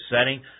setting